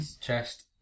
Chest